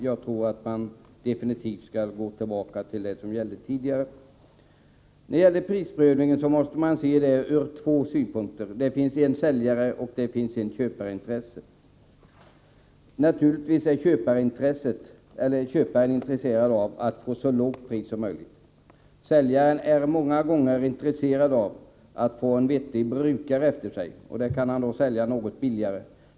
Jag menar att vi definitivt skall gå tillbaka till de regler som gällde tidigare. Prisprövningen måste ses från två synpunkter. Det finns ett säljaroch ett köparintresse. Naturligtvis är köparen intresserad av att få ett så lågt pris som möjligt. Säljaren är många gånger intresserad av att det kommer en vettig brukare efter honom och kan av det skälet sälja något billigare.